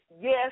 Yes